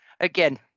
again